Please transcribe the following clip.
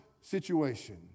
situation